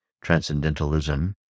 Transcendentalism